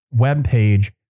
webpage